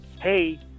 hey